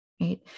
right